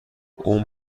اون